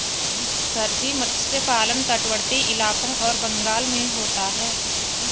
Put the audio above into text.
sir ji मत्स्य पालन तटवर्ती इलाकों और बंगाल में होता है